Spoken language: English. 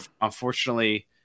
Unfortunately